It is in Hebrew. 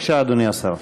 בבקשה, אדוני השר.